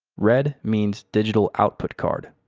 red means digital output card.